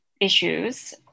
issues